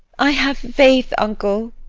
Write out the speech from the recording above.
i have faith, uncle,